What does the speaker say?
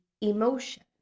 emotion